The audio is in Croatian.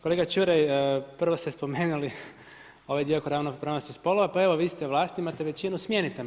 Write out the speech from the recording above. Kolega Ćuraj, prvo ste spomenuli ovaj dio kod ravnopravnosti spolova pa evo, vi ste vlast, imate većinu, smijenite me.